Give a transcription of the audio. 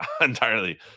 entirely